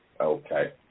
Okay